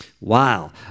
Wow